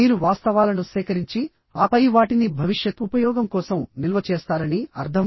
మీరు వాస్తవాలను సేకరించిఆపై వాటిని భవిష్యత్ ఉపయోగం కోసం నిల్వ చేస్తారని అర్థం